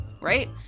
Right